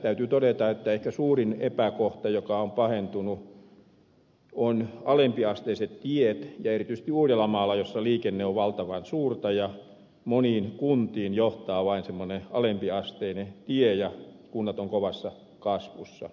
täytyy todeta että ehkä suurin epäkohta joka on pahentunut on alempiasteiset tiet ja erityisesti uudellamaalla jossa liikenne on valtavan suurta ja moniin kuntiin johtaa vain semmoinen alempiasteinen tie ja kunnat ovat kovassa kasvussa